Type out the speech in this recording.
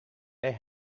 they